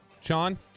Sean